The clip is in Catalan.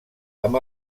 amb